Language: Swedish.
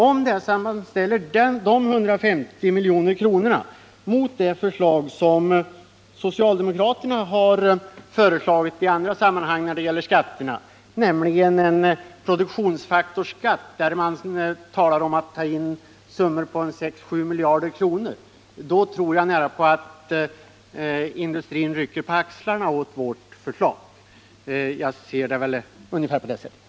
Om man ställer dessa 150 milj.kr. mot det förslag som socialdemokraterna i andra sammanhang har lagt fram när det gäller skatterna, nämligen en produktionsfaktorsskatt, där man har talat om att ta in summor på 6-7 miljarder kronor, tror jag att industrin rycker på axlarna åt vårt förslag. Det är ungefär så jag ser det.